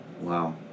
Wow